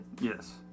yes